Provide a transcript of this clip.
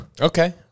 okay